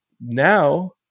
now